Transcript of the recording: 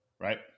right